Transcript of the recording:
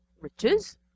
riches